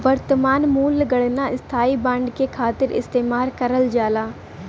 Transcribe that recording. वर्तमान मूल्य गणना स्थायी बांड के खातिर इस्तेमाल करल जाला